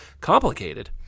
complicated